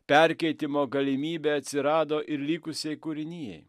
perkeitimo galimybė atsirado ir likusiai kūrinijai